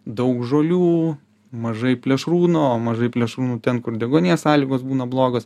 daug žolių mažai plėšrūnų o mažai plėšrūnų ten kur deguonies sąlygos būna blogos